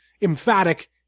emphatic